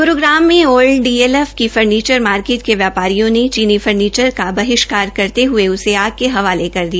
ग्रूग्राम में old D L F की furniture market के व्यापारियों ने चीनी फर्नीचर का बहिष्कार करते हये उसे आग के हवाले कर दिया